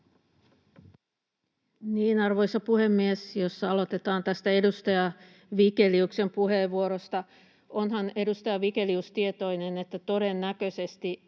Arvoisa puhemies! Jos aloitetaan tästä edustaja Vigeliuksen puheenvuorosta. Onhan edustaja Vigelius tietoinen, että todennäköisesti